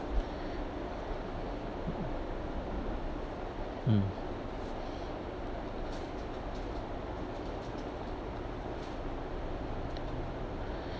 mm